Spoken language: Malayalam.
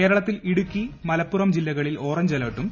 കേരളത്തിൽ ഇടുക്കി മലപ്പുറം ജില്ലകളിൽ ഓറഞ്ച് അലർട്ടും